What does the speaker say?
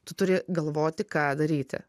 tu turi galvoti ką daryti